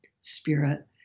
spirit